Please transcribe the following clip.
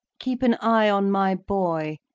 keep an eye on my boy.